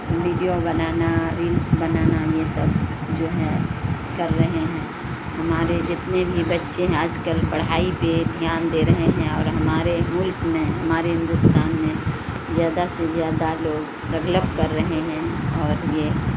video بنانا reels بنانا یہ سب جو ہے کر رہے ہیں ہمارے جتنے بھی بچے ہیں آج کل پڑھائی پہ دھیان دے رہے ہیں اور ہمارے ملک میں ہمارے ہندوستان میں زیادہ سے زیادہ لوگ ڈیولپ کر رہے ہیں اور یہ